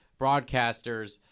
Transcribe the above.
broadcasters